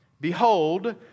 Behold